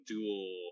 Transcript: dual